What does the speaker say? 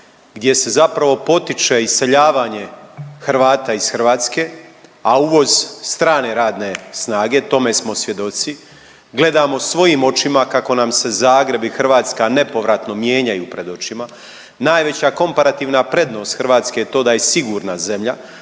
gdje se zapravo potiče iseljavanje Hrvata iz Hrvatske, a uvoz strane radne snage. Tome smo svjedoci. Gledamo svojim očima kako nam se Zagreb i Hrvatska nepovratno mijenjaju pred očima. Najveća komparativna prednost Hrvatske je to da je sigurna zemlja,